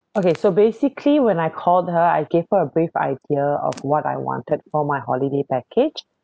okay so basically when I called her I gave her a brief idea of what I wanted for my holiday package